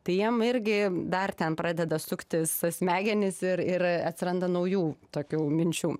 tai jiem irgi dar ten pradeda suktis smegenys ir ir atsiranda naujų tokių minčių